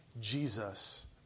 Jesus